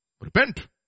Repent